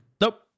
Nope